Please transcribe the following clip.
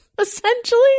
essentially